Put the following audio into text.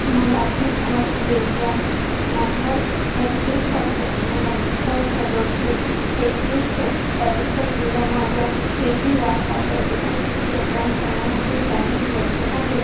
मला P R A N number एकवीस सत्त्याण्णव बहात्तर सदोतीस एकतीस सत्तावीस असलेल्या माझ्या ए पी वाय खात्यात एकूण किती रक्कम जमा आहे जाणून घ्यायचे आहे